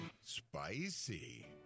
Spicy